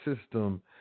system